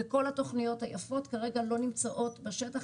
וכל התוכניות היפות כרגע לא נמצאות בשטח,